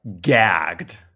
gagged